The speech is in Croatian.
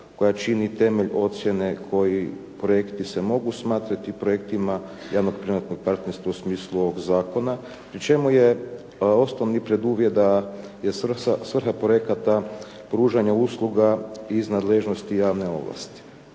koja čini temelj ocjene koji projekti se mogu smatrati projektima javnog privatnog partnerstva u smislu ovog zakona pri čemu je osnovni preduvjet da je svrha projekata pružanje usluga iz nadležnosti javne ovlasti.